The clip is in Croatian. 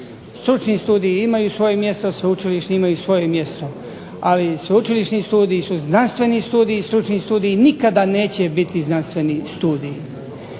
Stručni studiji imaju svoje mjesto, sveučilišni imaju svoje mjesto, ali sveučilišni studiji su znanstveni studiji, stručni studiji nikada neće biti znanstveni studiji.